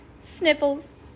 Sniffles